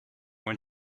when